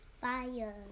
Fire